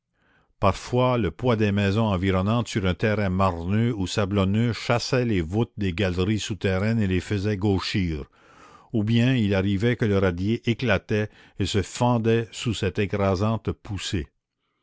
parfois le poids des maisons environnantes sur un terrain marneux ou sablonneux chassait les voûtes des galeries souterraines et les faisait gauchir ou bien il arrivait que le radier éclatait et se fendait sous cette écrasante poussée